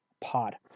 pod